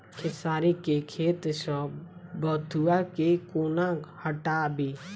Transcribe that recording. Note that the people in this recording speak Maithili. खेसारी केँ खेत सऽ बथुआ केँ कोना हटाबी